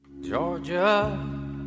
Georgia